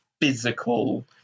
physical